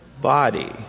Body